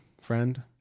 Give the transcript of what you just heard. friend